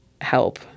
help